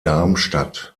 darmstadt